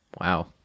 Wow